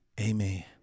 amen